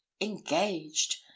engaged